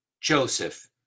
Joseph